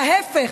להפך,